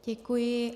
Děkuji.